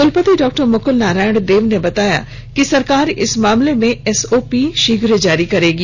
कुलपति डॉ मुकुल नारायण देव ने बताया कि सरकार इस मामले में एसओपी शीघ्र जारी करेगी